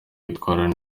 yitwara